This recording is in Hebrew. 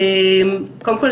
קודם כל,